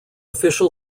official